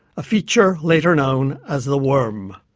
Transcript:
a feature later known as the worm.